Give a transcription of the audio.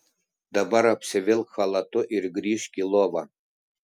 dabar apsivilk chalatu ir grįžk į lovą